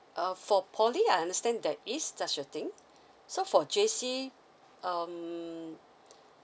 uh for poly I understand there is such a thing so for J_C um